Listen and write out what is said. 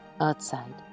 outside